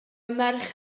merch